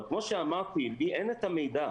אבל כמו שאמרתי, לי אין את המידע.